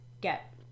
get